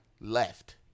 left